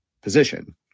position